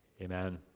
amen